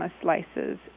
slices